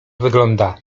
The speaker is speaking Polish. wygląda